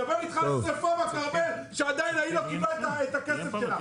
מדבר על שריפה בכרמל שעדיין ההיא לא קיבלה את הכסף שלה.